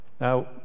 Now